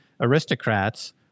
aristocrats